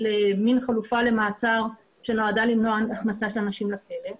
חלופה למאסר שנועדה למנוע הכנסת אנשים לכלא,